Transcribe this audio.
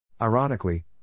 Ironically